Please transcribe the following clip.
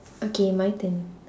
okay my turn